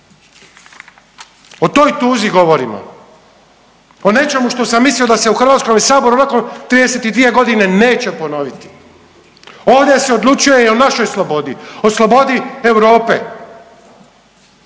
o toj tuzi govorimo, o nečemu što sam mislio da se u Hrvatskome saboru nakon 32 godine neće ponoviti. Ovdje se odlučuje i o našoj slobodi, o slobodi Europe